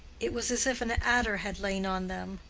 it was as if an adder had lain on them.